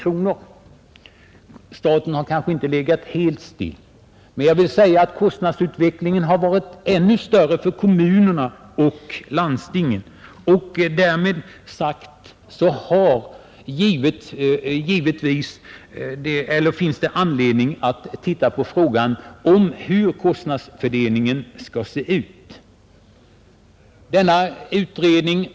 Statens bidrag har alltså inte legat helt stilla, men kostnadsstegringarna har varit ännu större för kommuner och landsting. Det finns därför all anledning att se på frågan hur kostnadsfördelningen bör vara.